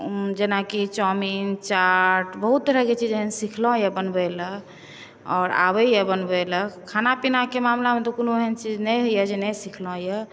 जेनाकि चाउमीन चाट बहुत तरहकें एहन चीज़ सिखलहुॅं हँ बनबय लए आओर आबैया बनबै लए खाना पीनाक मामलामे तऽ कोनो एहन चीज़ नहि होइया जे नहि सिखलहुॅं यऽ